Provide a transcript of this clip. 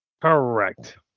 Correct